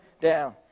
down